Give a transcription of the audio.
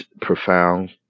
profound